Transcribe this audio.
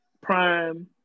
Prime